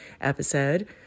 episode